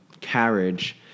carriage